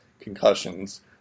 concussions